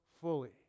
fully